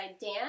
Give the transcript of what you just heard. Dan